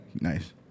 Nice